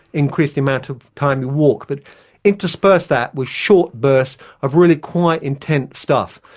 increase the amount of time you walk, but intersperse that with short bursts of really quite intense stuff.